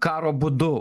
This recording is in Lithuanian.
karo būdu